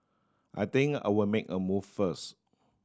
I think I'll make a move first